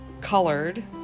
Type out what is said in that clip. colored